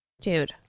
Dude